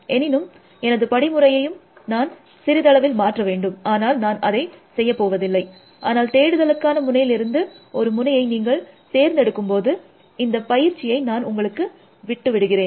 எனினும் எனது படிமுறையையும் நான் சிறிதளவில் மாற்ற வேண்டும் ஆனால் நான் அதை செய்ய போவதில்லை ஆனால் தேடுதலுக்கான முனையிலிருந்து ஒரு முனையை நீங்கள் தேர்ந்தெடுக்கும்போது இந்த பயிற்சியை நான் உங்களுக்கு விட்டுவிடுகிறேன்